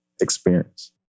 experience